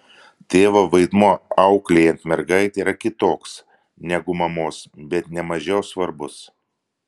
tėvo vaidmuo auklėjant mergaitę yra kitoks negu mamos bet ne mažiau svarbus